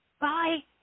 Bye